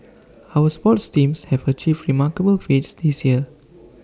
our sports teams have achieved remarkable feats this year